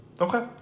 Okay